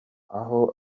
aho